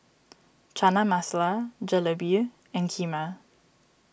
Chana Masala Jalebi and Kheema